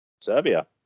Serbia